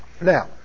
Now